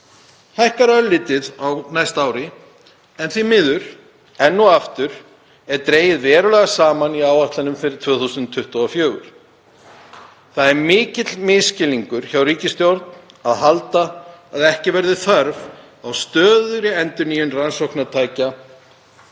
hækkar örlítið á næsta ári en því miður er enn og aftur dregið verulega saman í áætlunum fyrir 2024. Það er mikill misskilningur hjá ríkisstjórn að halda að ekki verði þörf á stöðugri endurnýjun rannsóknartækja